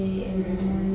mm mm mm